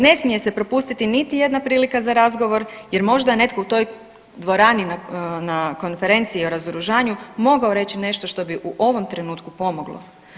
Ne smije se propustiti niti jedna prilika za razgovor jer možda je netko u toj dvorani na Konferenciji o razoružanju mogao reći nešto što bi u ovom trenutku pomoglo.